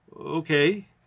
okay